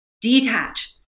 detach